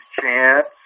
chance